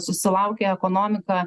susilaukė ekonomika